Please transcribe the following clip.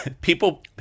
people